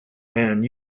and